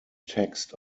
text